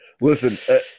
Listen